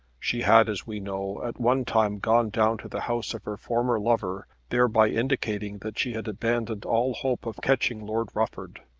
she had, as we know, at one time gone down to the house of her former lover, thereby indicating that she had abandoned all hope of catching lord rufford.